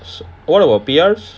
what about P_R